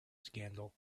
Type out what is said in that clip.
scandal